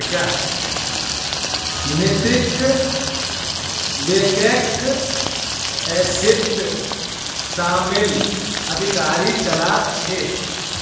नैतिक बैकक इसीत शामिल अधिकारी चला छे